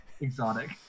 exotic